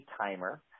timer